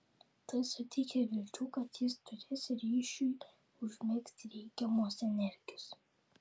tai suteikė vilčių kad jis turės ryšiui užmegzti reikiamos energijos